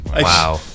Wow